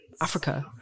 Africa